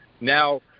now